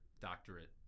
doctorate